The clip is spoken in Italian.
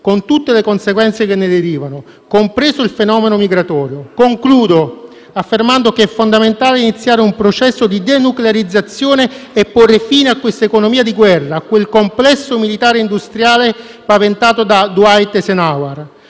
con tutte le conseguenze che ne derivano, compreso il fenomeno migratorio. Concludo affermando che è fondamentale iniziare un processo di denuclearizzazione e porre fine a quest'economia di guerra, a quel complesso militare industriale paventato da Dwight Eisenower.